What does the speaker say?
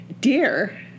Dear